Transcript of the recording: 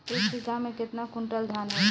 एक बीगहा में केतना कुंटल धान होई?